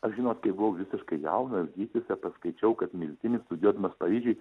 aš žinot kai buvau visiškai jaunas hipis ir paskaičiau kad miltinis studijuodamas paryžiuj